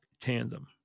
Tandem